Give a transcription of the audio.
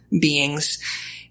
beings